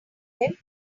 him